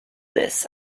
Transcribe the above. this